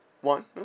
one